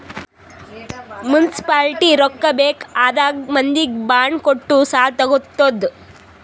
municipality ರೊಕ್ಕಾ ಬೇಕ್ ಆದಾಗ್ ಮಂದಿಗ್ ಬಾಂಡ್ ಕೊಟ್ಟು ಸಾಲಾ ತಗೊತ್ತುದ್